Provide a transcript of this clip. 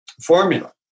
formula